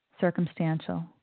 Circumstantial